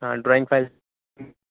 ہاں drawing file